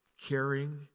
caring